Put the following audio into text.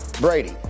Brady